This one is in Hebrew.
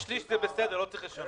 שני שליש זה בסדר, לא צריך לשנות.